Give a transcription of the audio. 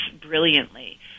brilliantly